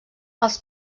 els